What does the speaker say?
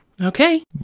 Okay